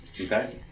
Okay